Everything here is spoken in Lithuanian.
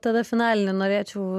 tada finalinį norėčiau